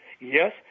Yes